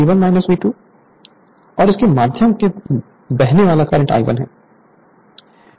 यहाँ voltage V1 V2 और इसके माध्यम से बहने वाला करंट I1 है